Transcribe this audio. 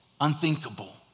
unthinkable